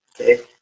okay